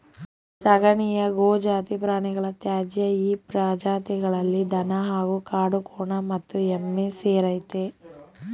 ಸಗಣಿಯು ಗೋಜಾತಿ ಪ್ರಾಣಿಗಳ ತ್ಯಾಜ್ಯ ಈ ಪ್ರಜಾತಿಗಳಲ್ಲಿ ದನ ಹಾಗೂ ಕಾಡುಕೋಣ ಮತ್ತು ಎಮ್ಮೆ ಸೇರಯ್ತೆ